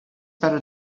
better